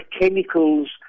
chemicals